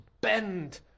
bend